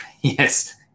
Yes